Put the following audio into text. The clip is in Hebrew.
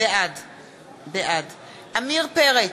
בעד עמיר פרץ,